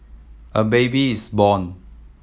a baby is born